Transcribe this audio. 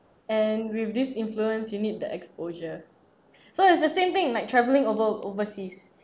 and with this influence you need the exposure so it's the same thing like travelling over overseas